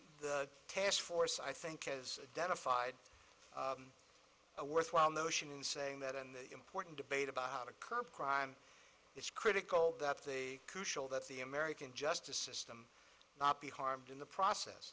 the task force i think is a den of fide a worthwhile notion in saying that in the important debate about how to curb crime it's critical that the crucial that the american justice system not be harmed in the process